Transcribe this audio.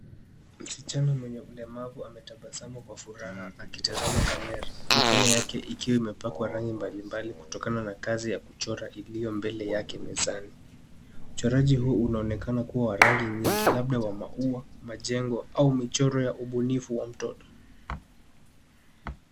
Msichana mwenye ulemavu ametabasamu kwa furaha akitazama kamera, mikono yake ikiwa imepakwa rangi mbalimbali kutokana na kazi ya kuchora iliyo mbele yake mezani. Uchoraji huu unaoekana kuwa wa rangi nyingi, labda wa maua, majengo, au michoro ya ubunifu wa mtoto.